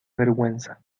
vergüenza